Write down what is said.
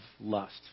lust